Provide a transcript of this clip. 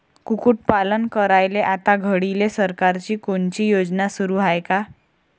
कुक्कुटपालन करायले आता घडीले सरकारची कोनची योजना सुरू हाये का?